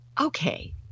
Okay